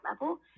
level